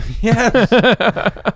Yes